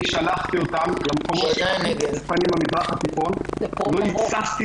אני שלחתי אותן למקומות הכי מסוכנים במזרח התיכון ולא היססתי